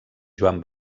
joan